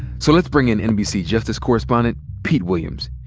so let's bring in nbc justice correspondent pete williams.